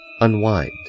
unwind